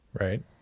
Right